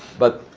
but,